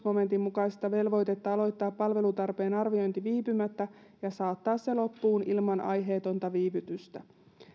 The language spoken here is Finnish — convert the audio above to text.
momentin mukaista velvoitetta aloittaa palvelutarpeen arviointi viipymättä ja saattaa se loppuun ilman aiheetonta viivytystä